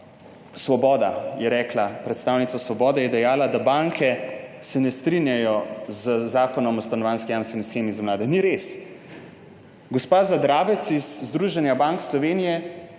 mnenja vlade. Predstavnica Svobode je dejala, da se banke ne strinjajo z Zakonom o stanovanjski jamstveni shemi za mlade. Ni res. Gospa Zadravec iz Združenja bank Slovenije